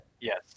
Yes